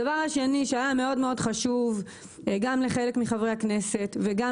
הדבר השני שהיה מאוד חשוב גם לחלק מחברי הכנסת וגם